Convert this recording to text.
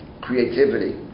creativity